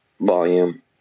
volume